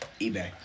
Ebay